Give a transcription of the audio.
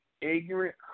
ignorant